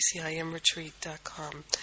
acimretreat.com